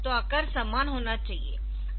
तो आकार समान होना चाहिए